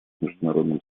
международном